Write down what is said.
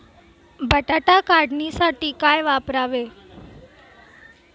बटाटा काढणीसाठी काय वापरावे?